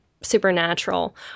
supernatural